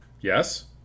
Yes